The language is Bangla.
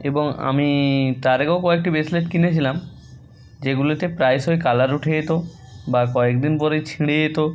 এবং আমি তার আগেও কয়েকটি ব্রেসলেট কিনেছিলাম যেগুলোতে প্রায়শই কালার উঠে যেত বা কয়েক দিন পরেই ছিঁড়ে যেত